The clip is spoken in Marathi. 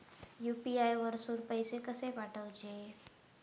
यू.पी.आय वरसून पैसे कसे पाठवचे?